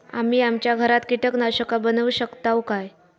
आम्ही आमच्या घरात कीटकनाशका बनवू शकताव काय?